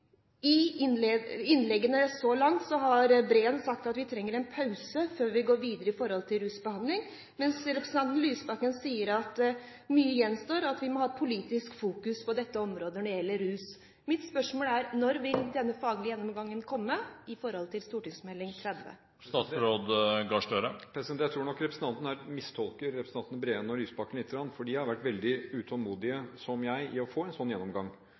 for i innleggene så langt har Breen sagt at vi trenger en pause før vi går videre når det gjelder rusbehandling, mens representanten Lysbakken sier at mye gjenstår, og at vi må ha et politisk fokus på dette området når det gjelder rus. Mitt spørsmål er: Når vil denne faglige gjennomgangen komme i forbindelse med Meld. St. 30? Jeg tror nok representanten her mistolker representantene Breen og Lysbakken lite grann, for de har vært veldig utålmodige – som jeg – etter å få en sånn gjennomgang.